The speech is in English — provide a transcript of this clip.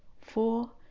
four